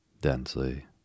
Densely